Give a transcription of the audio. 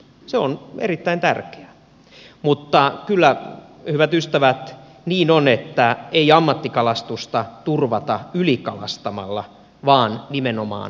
se on erittäin tärkeää mutta kyllä hyvät ystävät niin on että ei ammattikalastusta turvata ylikalastamalla vaan nimenomaan päinvastoin